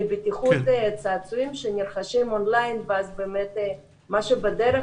מבטיחות צעצועים שנרשים אונליין ואז באמת מה שבדרך